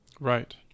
Right